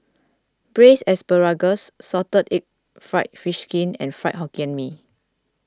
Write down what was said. Braised Asparagus Salted Egg Fried Fish Skin and Fried Hokkien Mee